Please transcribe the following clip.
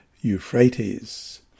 Euphrates